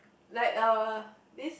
like uh this